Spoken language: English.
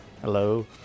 Hello